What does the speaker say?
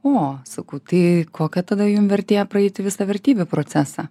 o sakau tai kokią tada jum vertėjo praeiti visą vertybių procesą